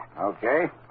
Okay